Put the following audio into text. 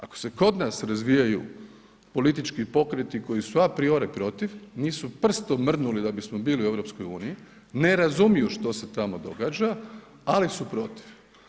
Ako se kod nas razvijaju politički pokreti koji su a priori protiv, nisu prstom mrdnuli da bi bismo bili u EU, ne razumiju što se tamo događa, ali su protiv.